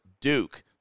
Duke